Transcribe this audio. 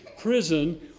prison